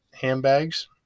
handbags